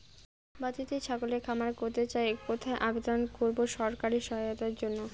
বাতিতেই ছাগলের খামার করতে চাই কোথায় আবেদন করব সরকারি সহায়তার জন্য?